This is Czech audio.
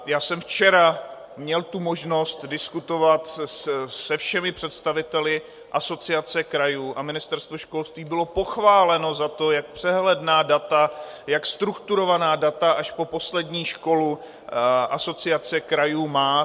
Já jsem včera měl tu možnost diskutovat se všemi představiteli Asociace krajů a Ministerstvo školství bylo pochváleno za to, jak přehledná data, jak strukturovaná data až po poslední školu Asociace krajů má.